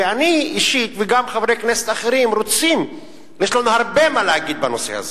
ואני אישית וגם חברי כנסת אחרים רוצים ויש לנו הרבה מה להגיד בנושא הזה.